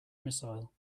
missile